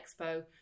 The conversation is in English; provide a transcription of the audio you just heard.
expo